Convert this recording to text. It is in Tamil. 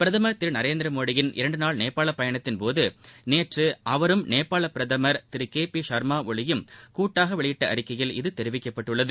பிரதமர் திரு நரேந்திர மோடியின் இரண்டு நாள் நேபாள பயணத்தின் போது நேற்று அவரும் நேபாள பிரதமர் திரு கே பி ஷர்மா ஒலியும் கூட்டாக வெளியிட்ட அறிக்கையில் இது தெரிவிக்கப்பட்டுள்ளது